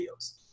videos